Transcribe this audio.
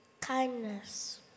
Kindness